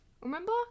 Remember